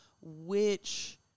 which-